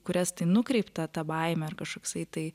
kurias tai nukreipta ta baimė ar kažkoksai tai